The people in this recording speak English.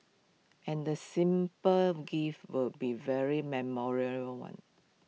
and the simple gift will be very memorable one